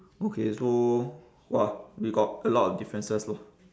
okay so !wah! we got a lot of differences loh